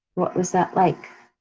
what was that like?